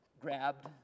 grabbed